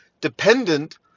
dependent